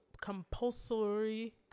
compulsory